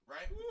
Right